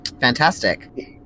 Fantastic